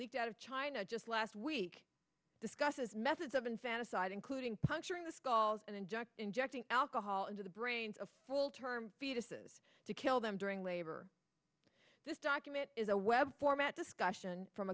leaked out of china just last week discusses methods of infanticide including puncturing the skulls and inject injecting alcohol into the brains of full term fetuses to kill them during labor this document is a web format discussion from